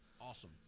Awesome